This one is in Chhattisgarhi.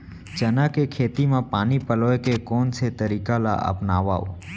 चना के खेती म पानी पलोय के कोन से तरीका ला अपनावव?